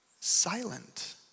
silent